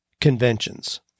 conventions